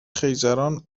خیزران